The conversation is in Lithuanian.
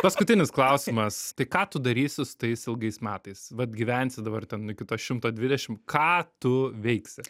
paskutinis klausimas tai ką tu darysi su tais ilgais metais vat gyvensi dabar ten kito šimto dvidešimt ką tu veiksi